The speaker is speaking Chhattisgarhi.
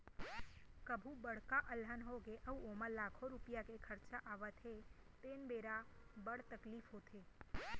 कभू बड़का अलहन होगे अउ ओमा लाखों रूपिया के खरचा आवत हे तेन बेरा बड़ तकलीफ होथे